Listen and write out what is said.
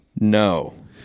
No